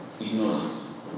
Ignorance